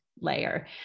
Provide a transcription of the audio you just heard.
layer